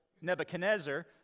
Nebuchadnezzar